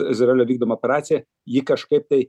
izraelio vykdomą operacija ji kažkaip tai